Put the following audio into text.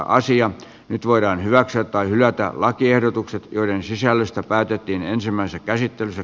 nyt voidaan hyväksyä tai hylätä lakiehdotukset joiden sisällöstä päätettiin ensimmäisessä käsittelyssä